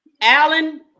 Alan